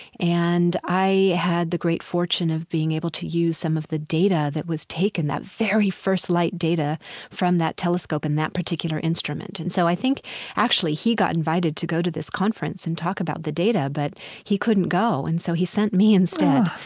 and i had the great fortune of being able to use some of the data that was taken, that very first light data from that telescope, in that particular instrument. and so i think actually he got invited to go to this conference and talk about the data, but he couldn't go, and so he sent me instead.